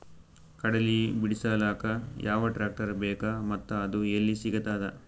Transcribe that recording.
ಕಡಲಿ ಬಿಡಿಸಲಕ ಯಾವ ಟ್ರಾಕ್ಟರ್ ಬೇಕ ಮತ್ತ ಅದು ಯಲ್ಲಿ ಸಿಗತದ?